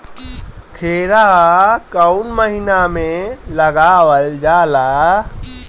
खीरा कौन महीना में लगावल जाला?